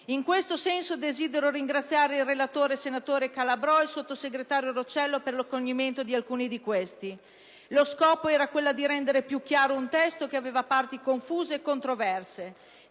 In questo senso desidero ringraziare il relatore, senatore Calabrò e il sottosegretario Roccella, per l'accoglimento di alcuni di questi. Lo scopo era quello di rendere più chiaro un testo che aveva parti confuse e controverse.